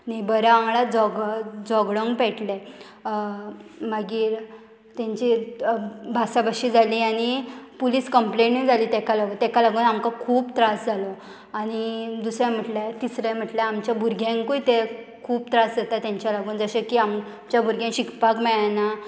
नेबरां वांगडा झगड हें झगडोंक पेटले मागीर तेंची भासाभाशी जाली आनी पुलीस कंप्लेनूय जाली तेका लागून तेका लागून आमकां खूब त्रास जालो आनी दुसरें म्हटल्यार तिसरें म्हटल्यार आमच्या भुरग्यांकूय ते खूब त्रास जाता तेंच्या लागून जशें की आमच्या भुरग्यांक शिकपाक मेळना